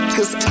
Cause